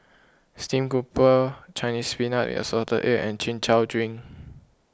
Stream Grouper Chinese Spinach with Assorted Eggs and Chin Chow Drink